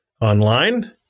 online